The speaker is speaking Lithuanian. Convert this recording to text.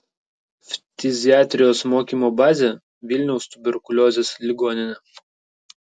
ftiziatrijos mokymo bazė vilniaus tuberkuliozės ligoninė